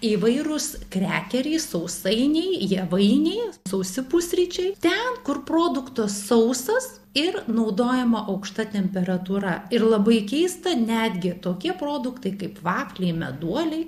įvairūs krekeriai sausainiai javainiai sausi pusryčiai ten kur produktas sausas ir naudojama aukšta temperatūra ir labai keista netgi tokie produktai kaip vafliai meduoliai